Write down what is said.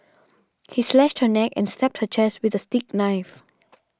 he slashed her neck and stabbed her chest with a steak knife